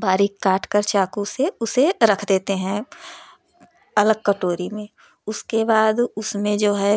बारीक काट कर चाकू से उसे रख देते हैं अलग कटोरी में उसके बाद उसमें जो है